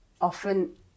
often